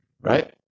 right